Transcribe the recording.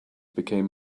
became